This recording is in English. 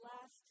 last